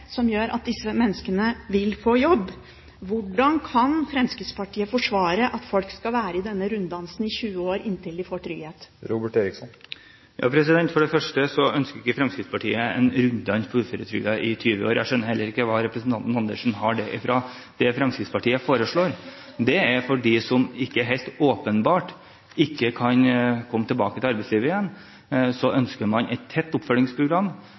som gjør at disse menneskene vil få jobb. Hvordan kan Fremskrittspartiet forsvare at folk skal være i denne runddansen i 20 år inntil de får trygghet? For det første ønsker ikke Fremskrittspartiet en runddans for uføretrygdede i 20 år. Jeg skjønner ikke hvor representanten Andersen har det fra. Det Fremskrittspartiet foreslår, gjelder ikke for dem som helt åpenbart ikke kan komme tilbake til arbeidslivet igjen. Man ønsker et tett oppfølgingsprogram